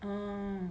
um